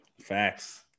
Facts